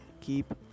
keep